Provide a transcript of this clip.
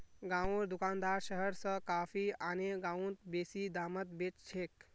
गांउर दुकानदार शहर स कॉफी आने गांउत बेसि दामत बेच छेक